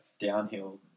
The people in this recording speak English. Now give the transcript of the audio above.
downhill